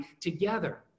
together